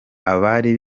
abari